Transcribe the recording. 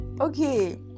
okay